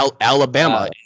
Alabama